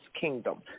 Kingdom